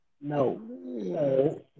No